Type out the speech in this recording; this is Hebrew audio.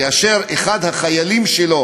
כאשר אחד החיילים שלו